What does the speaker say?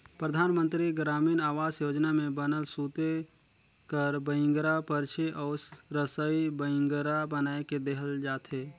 परधानमंतरी गरामीन आवास योजना में बनल सूते कर बइंगरा, परछी अउ रसई बइंगरा बनाए के देहल जाथे